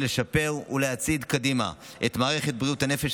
לשפר ולהצעיד קדימה את מערכת בריאות הנפש,